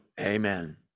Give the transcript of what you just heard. amen